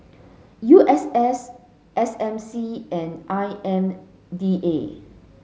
U S S S M C and I M D A